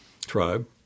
tribe